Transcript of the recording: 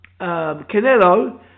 Canelo